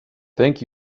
thank